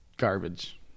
Garbage